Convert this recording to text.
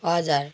हजुर